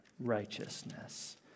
righteousness